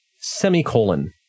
Semicolon